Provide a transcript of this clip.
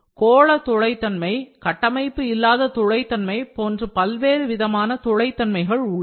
கோள துளை தன்மை கட்டமைப்பு இல்லாத துளை தன்மை போன்று பல்வேறு விதமான துளைதன்மைகள் உள்ளன